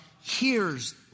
hears